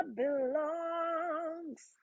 belongs